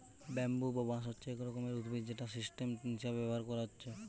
bamboo বা বাঁশ হচ্ছে এক রকমের উদ্ভিদ যেটা স্টেম হিসাবে ব্যাভার কোরা হচ্ছে